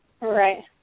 Right